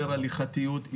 יותר הליכתיות,